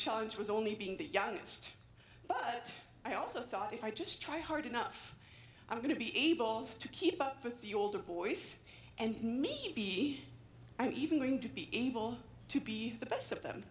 challenge was only being the youngest but i also thought if i just try hard enough i'm going to be able to keep up with the older boys and maybe i'm even going to be able to be the best of them